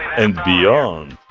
and beyond.